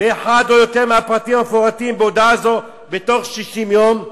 באחד או יותר מהפרטים המפורטים בהודעה זו בתוך 60 יום,